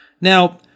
Now